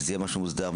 שזה יהיה משהו מוסדר,